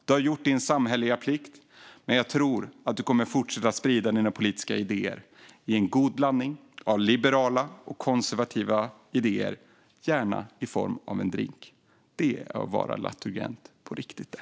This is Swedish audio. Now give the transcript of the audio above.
Du har gjort din samhälleliga plikt, men jag tror att du kommer att fortsätta sprida din goda blandning av liberala och konservativa politiska idéer, gärna i form av en drink. Det är att vara laturgent på riktigt, det!